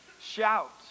Shout